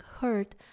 hurt